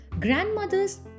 Grandmothers